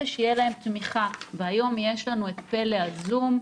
שתהיה להם תמיכה והיום יש לנו את פלא הזום,